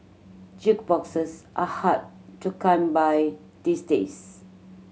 jukeboxes are hard to come by these days